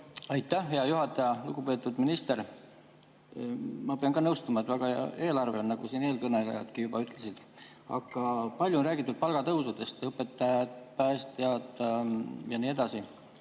Aitäh, hea juhataja! Lugupeetud minister! Ma pean ka nõustuma, et väga hea eelarve on, nagu siin eelkõnelejadki juba ütlesid. Aga palju on räägitud palgatõusudest – õpetajad, päästjad ja nii edasi.